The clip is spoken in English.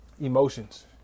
emotions